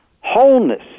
wholeness